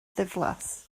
ddiflas